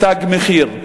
"תג מחיר",